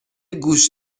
گوش